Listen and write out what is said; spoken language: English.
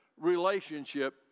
relationship